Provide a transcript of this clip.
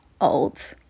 old